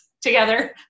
together